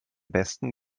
besten